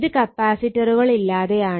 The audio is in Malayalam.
ഇത് കപ്പാസിറ്ററുകൾ ഇല്ലാതെയാണ്